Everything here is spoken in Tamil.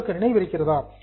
உங்களுக்கு நினைவிருக்கிறதா